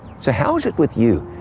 so how is it with you?